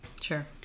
Sure